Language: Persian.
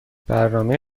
برنامه